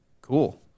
Cool